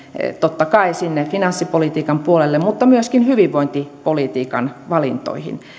totta kai sinne finanssipolitiikan puolelle mutta myöskin hyvinvointipolitiikan valintoihin